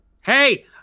Hey